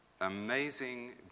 Amazing